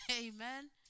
Amen